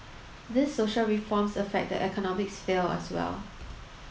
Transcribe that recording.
these social reforms affect the economic sphere as well